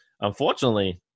Unfortunately